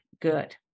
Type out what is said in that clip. Good